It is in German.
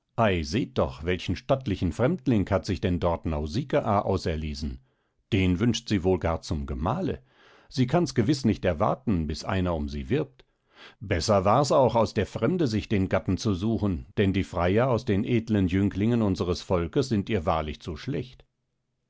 doch welchen stattlichen fremdling hat sich denn dort nausikaa auserlesen den wünscht sie wohl gar zum gemahle sie kann's gewiß nicht erwarten bis einer um sie wirbt besser war's auch aus der fremde sich den gatten zu suchen denn die freier aus den edlen jünglingen unseres volks sind ihr wahrlich zu schlecht